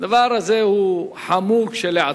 הדבר הזה חמור כשלעצמו.